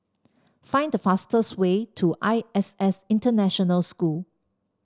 find the fastest way to I S S International School